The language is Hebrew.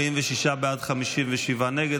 46 בעד, 57 נגד.